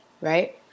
right